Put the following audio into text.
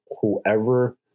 whoever